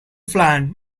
plan